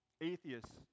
Atheists